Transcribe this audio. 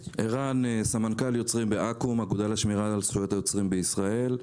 אני סמנכ"ל יוצרים בעכו מהאגודה לשמירה על זכויות היוצרים בישראל.